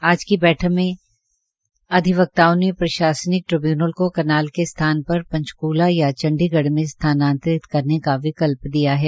आज की बैठक में अधिवक्ताओं ने प्रशासनिक ट्रिब्यूनल को करनाल के स्थान पर पंचक्ला या चंडीगढ़ में स्थानांतरित करने का विकल्प दिया है